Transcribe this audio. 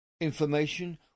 Information